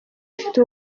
ufite